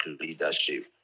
leadership